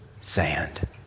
sand